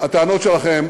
הטענות שלכם